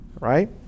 right